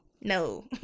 no